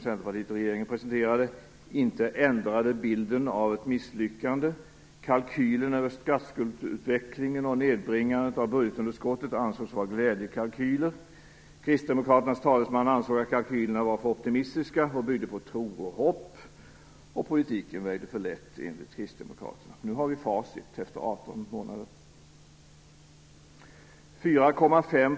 Centerpartiet och regeringen presenterade inte ändrade bilden av ett misslyckande. Kalkylen över statsskuldsutvecklingen och nedbringandet av budgetunderskottet ansågs vara glädjekalkyler. Kristdemokraternas talesman ansåg att kalkylerna var för optimistiska och byggde på tro och hopp. Politiken vägde för lätt, enligt Kristdemokraterna. Nu har vi facit efter 18 månader.